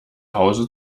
hause